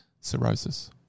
cirrhosis